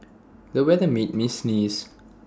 the weather made me sneeze